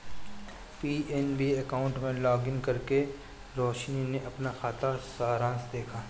PNB account में login करके रोशनी ने अपना खाता सारांश देखा